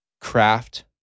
craft